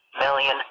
million